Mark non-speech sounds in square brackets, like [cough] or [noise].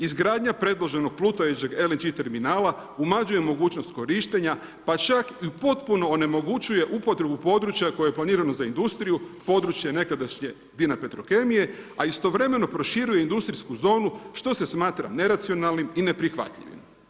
Izgradnja predloženog plutajućeg LNG terminala, … [unintelligible] mogućnost korištenja, pa ček i potpuno onemogućuje upotrebu područja koje je planirano za industriju, područje nekadašnje … [unintelligible] petrokemije, a istovremeno proširuje industrijsku zonu što se smatra neracionalnim i neprihvatljivim.